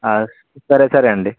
సరే సరే అండి